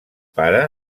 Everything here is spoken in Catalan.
pare